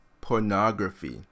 pornography